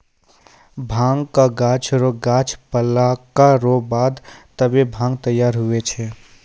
भांगक गाछ रो गांछ पकला रो बाद तबै भांग तैयार हुवै छै